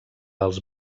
als